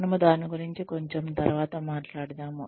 మనము దాని గురించి కొంచెం తరువాత మాట్లాడుతాము